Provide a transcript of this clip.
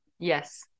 Yes